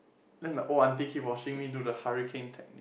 then the old auntie keep watching me do the hurricane technique